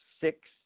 six